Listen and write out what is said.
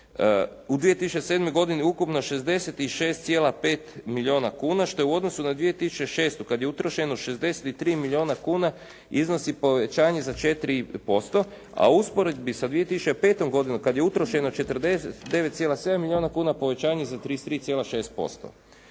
u 2007. godini ukupno 66,5 milijuna kuna što je u odnosu na 2006. kad je utrošeno 63 milijuna kuna iznosi povećanje za 4%, a u usporedbi sa 2005. godinom kada je utrošeno 49,7 milijuna kuna povećanje za 33,6%.